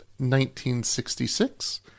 1966